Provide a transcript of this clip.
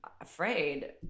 afraid